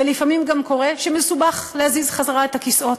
ולפעמים גם קורה שמסובך להזיז חזרה את הכיסאות